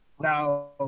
Now